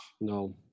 no